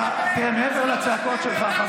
כי מעבר לצעקות שלך,